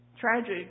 Tragic